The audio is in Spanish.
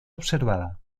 observada